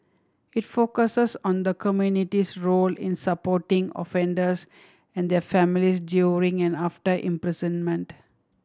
it focuses on the community's role in supporting offenders and their families during and after imprisonment